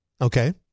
Okay